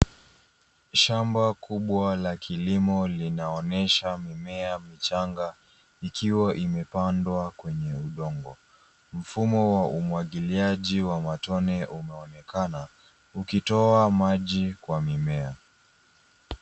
Shamba kubwa la kilimo linaonyesha mimea michanga ikiwa imepandwa kwenye udongo. Mfumo wa umwagiliaji wa matone umeonekana ukitoa maji kwa mimea.